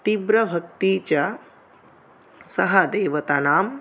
तीव्रभक्तिः च सः देवतानां